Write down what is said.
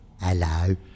Hello